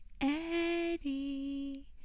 Eddie